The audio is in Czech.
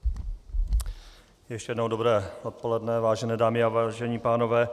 Ještě jednou dobré odpoledne, vážené dámy a vážení pánové.